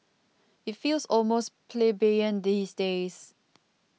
it feels almost plebeian these days